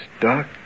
dark